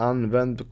Använd